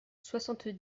soixante